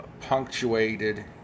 Punctuated